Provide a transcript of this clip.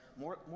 more